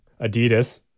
Adidas